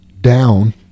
down